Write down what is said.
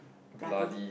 bloody